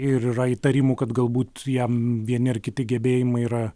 ir yra įtarimų kad galbūt jam vieni ar kiti gebėjimai yra